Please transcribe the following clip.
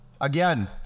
Again